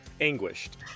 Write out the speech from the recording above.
Anguished